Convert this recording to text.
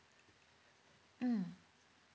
mm